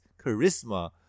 charisma